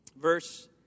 Verse